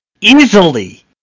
easily